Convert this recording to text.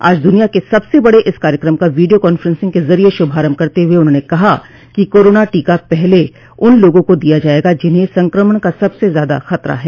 आज दुनिया के सबसे बड़े इस कार्यक्रम का वीडियो कांफ्रेंसिंग के जरिए शुभारंभ करते हुए उन्होंने कहा कि कोरोना टीका पहले उन लोगों को दिया जाएगा जिन्हें संकमण का सबसे ज्यादा खतरा है